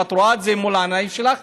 ואת רואה את זה מול העיניים שלך.